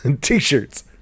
T-shirts